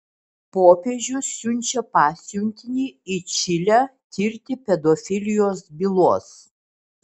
popiežius siunčia pasiuntinį į čilę tirti pedofilijos bylos